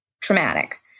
traumatic